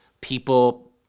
people